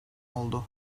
oldu